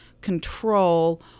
control